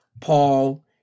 Paul